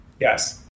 Yes